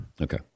Okay